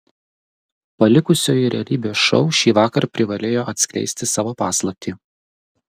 palikusioji realybės šou šįvakar privalėjo atskleisti savo paslaptį